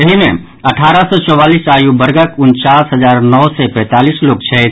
एहि मे अठारह सॅ चौवालीस आयु वर्गक उनचास हजार नओ सय पैंतालीस लोक छथि